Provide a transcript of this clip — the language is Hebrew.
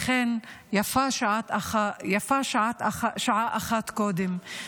לכן יפה שעה אחת קודם.